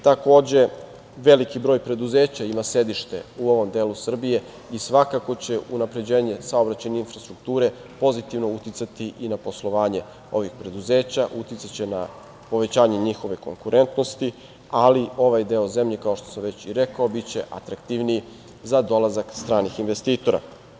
Takođe, veliki broj preduzeća ima sedište u ovom delu Srbije i svakako će unapređenje saobraćajne infrastrukture pozitivno uticati na poslovanje ovih preduzeća, uticaće na povećanje njihove konkurentnosti, ali ovaj deo zemlje, kao što sam već rekao biće atraktivniji za dolazak stranih investitora.